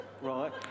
right